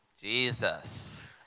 Jesus